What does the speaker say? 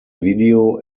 video